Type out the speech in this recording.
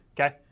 Okay